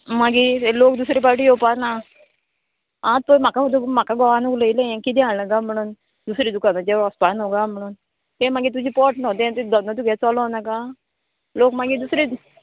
मागीर लोक दुसरे पावटी येवपा ना आं पळय म्हाका म्हाका घोवान उलयलें किदें हाडला काय म्हणोन दुसरे दुकानाचेर वसपा न्हू गा म्हणून तें मागीर तुजें पोट न्हू तें धन्नो तुगे चलो नाका लोक मागीर दुसरे